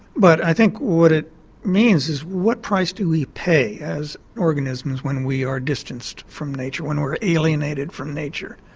but i think what it means is what price do we pay as organisms when we are distanced from nature, when we are alienated from nature.